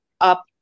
up